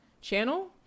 channel